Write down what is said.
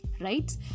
Right